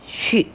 trip